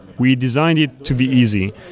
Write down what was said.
we designed it to be easy.